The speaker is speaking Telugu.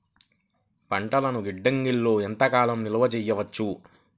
పంటలను గిడ్డంగిలలో ఎంత కాలం నిలవ చెయ్యవచ్చు?